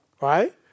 Right